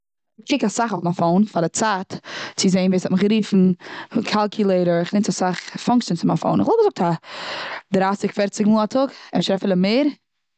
כ'קוק אסאך אויף מיין פאון. פאר די צייט, ווער ס'האט מיך גערופן, פאר א קאלקולעיטער, כ'ניץ אסאך פונקשענס פון מיין פאון. כ'וואלט געזאגט א דרייסיג, פערציג, מאל א טאג, אפשר אפילו מער.